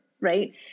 Right